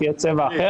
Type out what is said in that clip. שיהיה צבע אחר,